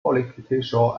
political